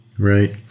Right